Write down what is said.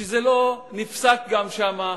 שזה לא נפסק גם שם,